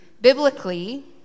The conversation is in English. Biblically